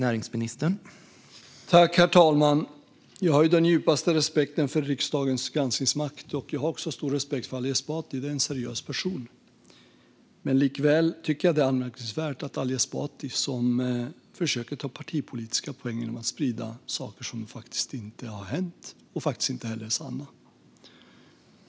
Herr talman! Jag har den djupaste respekt för riksdagens granskningsmakt. Jag har också stor respekt för Ali Esbati. Det är en seriös person. Likväl tycker jag att det är anmärkningsvärt att Ali Esbati försöker ta partipolitiska poäng genom att sprida saker som faktiskt inte har hänt och faktiskt inte heller är sanna.